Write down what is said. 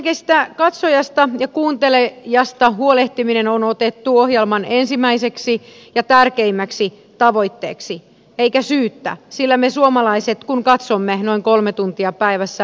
ensinnäkin katsojasta ja kuuntelijasta huolehtiminen on otettu ohjelman ensimmäiseksi ja tärkeimmäksi tavoitteeksi eikä syyttä sillä me suomalaiset katsomme noin kolme tuntia päivässä televisiota